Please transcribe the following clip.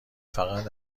فقط